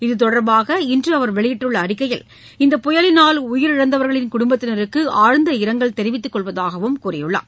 இதுதொடர்பாக இன்று அவர் வெளியிட்டுள்ள அறிக்கையில் இந்த புயலினால் உயிரிழந்தவர்களின் குடும்பத்தினருக்கு ஆழ்ந்த இரங்கல் தெரிவித்துக் கொள்வதாகவும் கூறியுள்ளார்